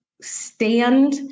stand